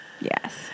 Yes